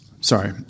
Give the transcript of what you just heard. Sorry